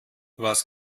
was